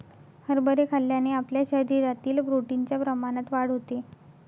हरभरे खाल्ल्याने आपल्या शरीरातील प्रोटीन च्या प्रमाणात वाढ होते